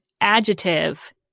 adjective